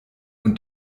und